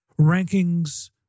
rankings